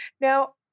Now